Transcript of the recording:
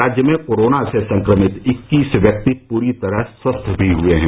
राज्य में कोरोना से संक्रमित इक्कीस व्यक्ति पूरी तरह स्वस्थ भी हुए हैं